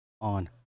on